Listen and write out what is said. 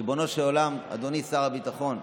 ריבונו של עולם, אדוני שר הביטחון,